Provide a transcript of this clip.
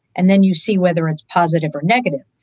and then you see whether it's positive or negative.